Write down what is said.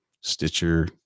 Stitcher